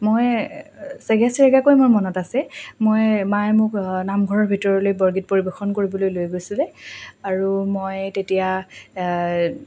মই মোৰ মনত আছে মই মায়ে মোক নামঘৰৰ ভিতৰলৈ বৰগীত পৰিৱেশন কৰিবলৈ লৈ গৈছিলে আৰু মই তেতিয়া